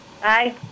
Bye